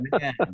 man